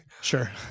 Sure